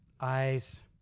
Eyes